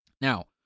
Now